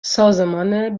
سازمان